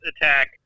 attack